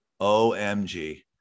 OMG